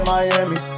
Miami